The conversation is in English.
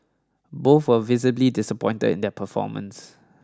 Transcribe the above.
both were visibly disappointed in their performance